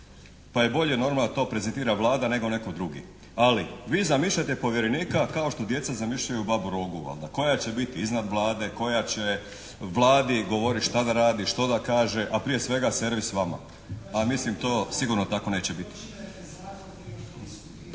pa je bolje normalno da to prezentira Vlada nego netko drugi. Ali vi zamišljate povjerenika kao što djeca zamišljaju babu-rogu valjda, koja će biti iznad Vlade, koja će Vladi govoriti šta da radi, što da kaže, a prije svega servis vama, a mislim to sigurno tako neće biti.